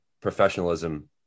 professionalism